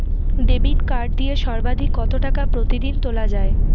Debit card দিয়ে সর্বাধিক কত টাকা প্রতিদিন তোলা য়ায়?